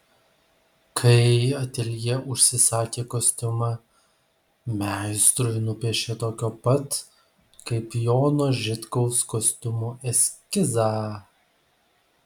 kai ateljė užsisakė kostiumą meistrui nupiešė tokio pat kaip jono žitkaus kostiumo eskizą